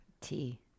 Tea